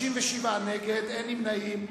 29, נגד, 57, אין נמנעים.